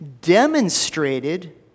demonstrated